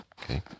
Okay